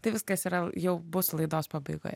tai viskas yra jau bus laidos pabaigoje